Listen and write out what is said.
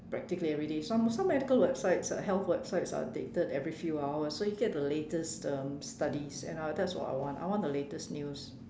practically everyday some some medical websites are health websites are updated every few hours so you get the latest um studies and I that's what I want I want the latest news